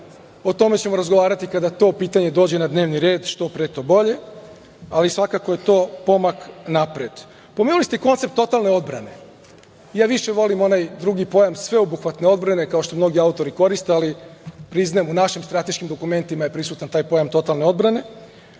o tome ćemo razgovarati kada to pitanje dođe na dnevni red, što pre, to bolje, ali svakako je to pomak napred. Pomenuli ste i koncept totalne odbrane. Ja više volim onaj drugi pojam sveobuhvatne odbrane, kao što mnogi autori koriste, ali, priznajem, u našim strateškim dokumentima je prisutan taj pojam totalne odbrane